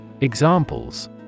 Examples